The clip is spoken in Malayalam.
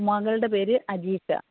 മകളുടെ പേര് അജീഷ